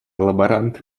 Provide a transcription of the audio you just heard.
лаборант